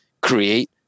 create